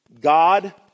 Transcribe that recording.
God